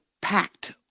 packed